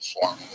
form